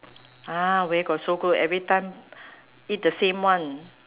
ah where got so good every time eat the same one